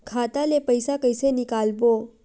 खाता ले पईसा कइसे निकालबो?